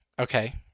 Okay